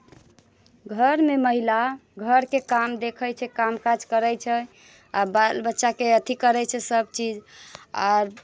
घरमे महिला घरके काम देखैत छै काम काज करैत छै आ बाल बच्चाके अथी करैत छै सभचीज आओर